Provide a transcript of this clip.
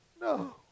No